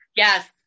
Yes